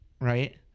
right